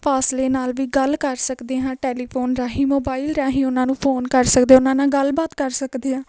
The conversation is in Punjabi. ਫ਼ਾਸਲੇ ਨਾਲ ਵੀ ਗੱਲ ਕਰ ਸਕਦੇ ਹਾਂ ਟੈਲੀਫੋਨ ਰਾਹੀਂ ਮੋਬਾਈਲ ਰਾਹੀਂ ਉਹਨਾਂ ਨੂੰ ਫੋਨ ਕਰ ਸਕਦੇ ਉਹਨਾਂ ਨਾ ਗੱਲਬਾਤ ਕਰ ਸਕਦੇ ਹਾਂ